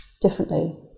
differently